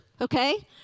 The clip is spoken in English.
okay